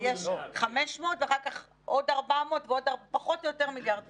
יש 500 ואחר כך עוד 400 ועוד פחות או יותר מיליארד וחצי.